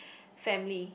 family